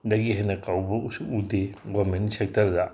ꯗꯒꯤ ꯍꯦꯟꯅ ꯀꯧꯕ ꯎꯁꯨ ꯎꯗꯦ ꯒꯣꯔꯃꯦꯟ ꯁꯦꯛꯇꯔꯗ